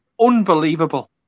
Unbelievable